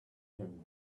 him